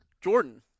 Jordan